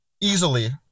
easily